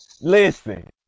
Listen